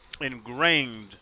ingrained